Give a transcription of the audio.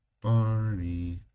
Barney